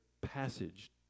passage